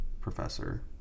professor